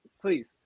please